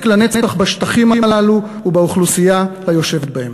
לנצח בשטחים הללו ובאוכלוסייה היושבת בהם.